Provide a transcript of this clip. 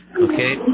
okay